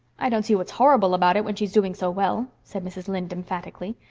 i don't see what's horrible about it, when she's doing so well, said mrs. lynde emphatically.